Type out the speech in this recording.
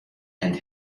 and